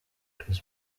chris